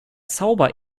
zauber